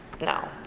no